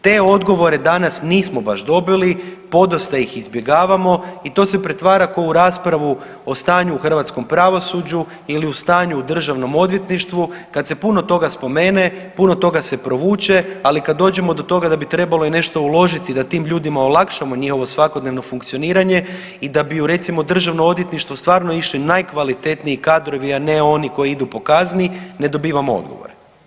Te odgovore danas nismo baš dobili, podosta ih izbjegavamo i to se pretvara ko u raspravu o stanju u hrvatskom pravosuđu ili o stanju u državnom odvjetništvu kad se puno toga spomene, puno toga se provuče, ali kad dođemo do toga da bi trebalo i nešto uložiti da tim ljudima olakšamo njihovo svakodnevno funkcioniranje i da bi u recimo državno odvjetništvo stvarno išli najkvalitetniji kadrovi, a ne oni koji idu po kazni ne dobivamo odgovore.